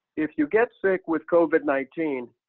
if you get sick with covid nineteen,